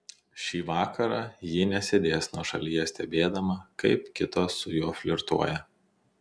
šį vakarą ji nesėdės nuošalyje stebėdama kaip kitos su juo flirtuoja